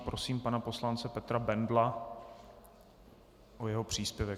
Prosím poslance Petra Bendla o jeho příspěvek.